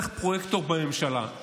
צריך פרויקטור בממשלה.